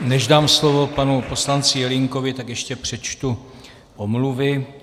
Než dám slovo panu poslanci Jelínkovi, tak ještě přečtu omluvy.